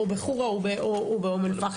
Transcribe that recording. או בח'ורה או באום אל פחם.